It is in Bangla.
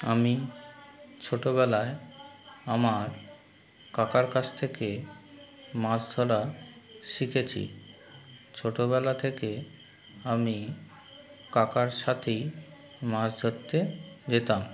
আমি ছোটোবেলায় আমার কাকার কাছ থেকে মাছ ধরা শিখেছি ছোটোবেলা থেকে আমি কাকার সাথেই মাছ ধরতে যেতাম